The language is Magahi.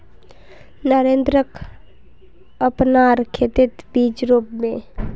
नरेंद्रक अपनार खेतत बीज रोप बे